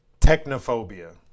Technophobia